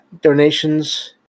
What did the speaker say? donations